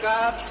God